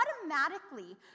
automatically